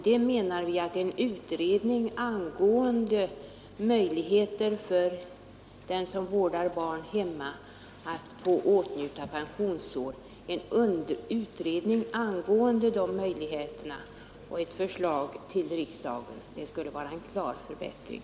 Vi menar att en utredning angående möjligheterna för dem som vårdar barn hemma att få åtnjuta pensionsår och ett förslag härom till riksdagen skulle innebära en klar förbättring.